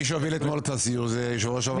מי שהוביל אתמול את הסיור זה יושב-ראש הוועדה.